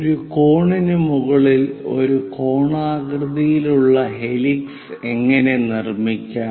ഒരു കോണിന് മുകളിൽ ഒരു കോണാകൃതിയിലുള്ള ഹെലിക്സ് എങ്ങനെ നിർമ്മിക്കാം